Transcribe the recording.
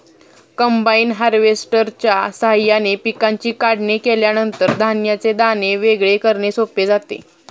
combine हार्वेस्टरच्या साहाय्याने पिकांची काढणी केल्यानंतर धान्याचे दाणे वेगळे करणे सोपे जाते